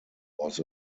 was